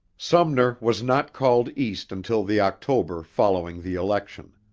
sumner was not called east until the october following the election.